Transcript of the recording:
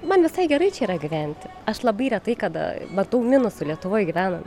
man visai gerai čia yra gyventi aš labai retai kada matau minusų lietuvoj gyvenan